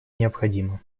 необходима